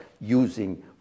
using